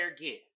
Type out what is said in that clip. get